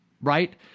right